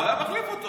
הוא היה מחליף אותו,